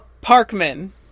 Parkman